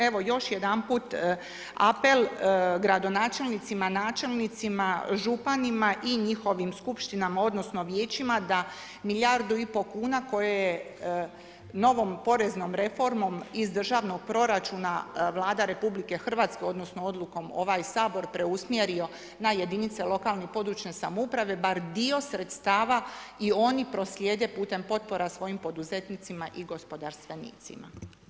Evo, još jedanput apel gradonačelnicima, načelnicima, županima i njihovim skupštinama odnosno vijećima da milijardu i pol kuna koje je novom poreznom reformom iz državnog proračuna Vlada RH odnosno odlukom ovaj Sabor preusmjerio na jedinice lokalne i područne samouprave bar dio sredstava i oni proslijede putem potpora svojim poduzetnicima i gospodarstvenicima.